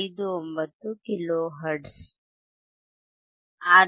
59 kilo hertz